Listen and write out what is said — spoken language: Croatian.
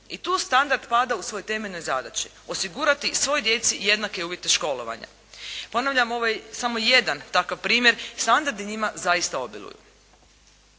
I tu standard pada u svojoj temeljnoj zadaći. Osigurati svoj djeci jednake uvjete školovanja. Ponavljam, ovo je samo jedan takav primjer i standardi njima zaista obiluju,